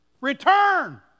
Return